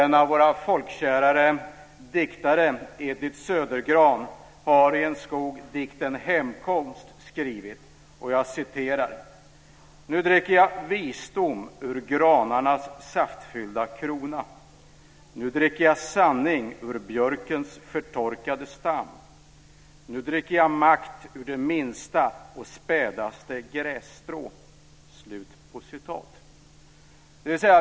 En av våra folkkärare diktare, Edith Södergran har skrivit om en skog i dikten Hemkomst: Nu dricker jag visdom ur granarnas saftfyllda krona, nu dricker jag sanning ur björkens förtorkade stam, nu dricker jag makt ur det minsta och spädaste grässtrå.